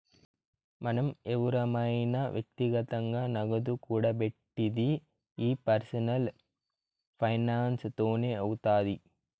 మనం ఎవురమైన వ్యక్తిగతంగా నగదు కూడబెట్టిది ఈ పర్సనల్ ఫైనాన్స్ తోనే అవుతాది